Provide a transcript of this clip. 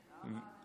את יודעת מי הם?